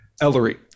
Ellery